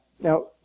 now